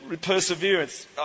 perseverance